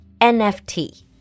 NFT